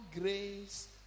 grace